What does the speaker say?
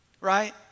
right